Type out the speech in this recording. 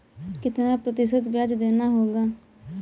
कितना प्रतिशत ब्याज देना होगा?